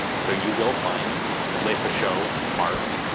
so you will find lefacheaux marked